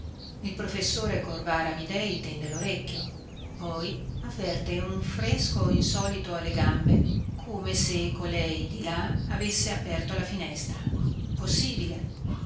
il professore corvara amidei tende lorecchio poi avverte un fresco insolito alle gambe come se colei di là avesse aperto la finestra possibile